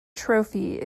trophy